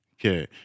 Okay